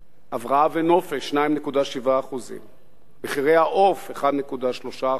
הבראה ונופש, 2.7%; מחיר העוף, 1.3%;